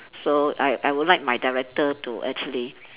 so I I would like my director to actually